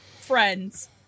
friends